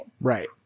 Right